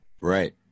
Right